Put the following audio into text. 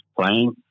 playing